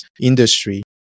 industry